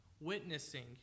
Witnessing